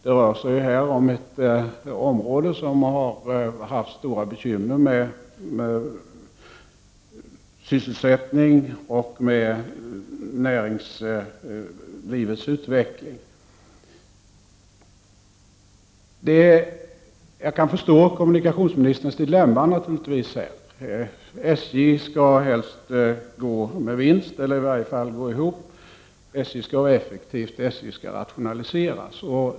Det rör sig här om ett område som har haft stora bekymmer med sysselsättning och med näringslivets utveckling. Jag kan förstå kommunikationsministerns dilemma, naturligtvis. SJ skall helst gå med vinst eller i varje fall gå ihop. SJ skall vara effektivt. SJ skall rationaliseras.